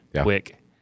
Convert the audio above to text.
quick